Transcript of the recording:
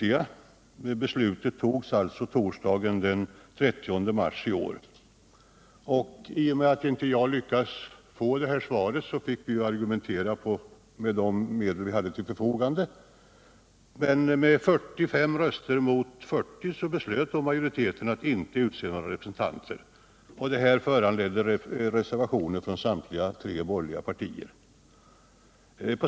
Beslutet togs alltså torsdagen den 30 mars 1978. I och med att inte jag lyckades få detta svar tidigare, fick vi argumentera med de medel vi hade till förfogande. Med 45 röster mot 40 beslöt majoriteten att inte utse några representanter. Detta föranledde reservationer från samtliga tre borgerliga partier.